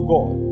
God